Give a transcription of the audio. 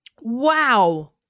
Wow